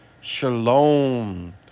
Shalom